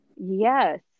yes